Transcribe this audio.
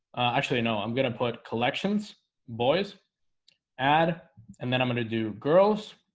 actually, no, i'm gonna put collections boys add and then i'm gonna do girls